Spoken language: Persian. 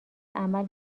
عمل